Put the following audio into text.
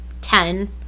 ten